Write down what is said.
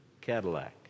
Cadillac